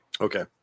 Okay